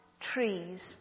trees